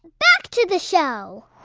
back to the show